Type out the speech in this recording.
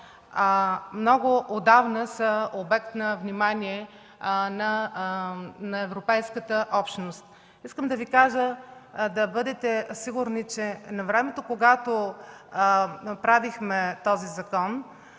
много отдавна са обект на внимание на Европейската общност. Искам да Ви кажа да бъдете сигурни, че навремето, когато направихме този закон,